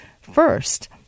first